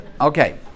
Okay